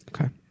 Okay